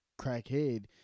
crackhead